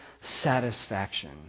satisfaction